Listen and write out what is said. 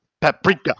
paprika